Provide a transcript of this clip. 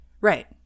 Right